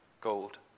gold